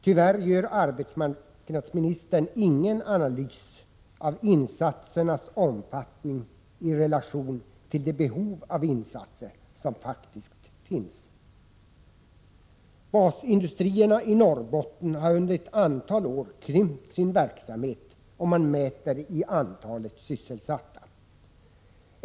Tyvärr gör arbetsmarknadsministern ingen analys av insatsernas omfattning i relation till de behov av insatser som faktiskt finns. Basindustrierna i Norrbotten har under ett antal år krympt sin verksamhet, om man mäter i antalet sysselsatta.